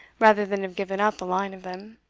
rather than have given up a line of them.